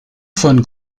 von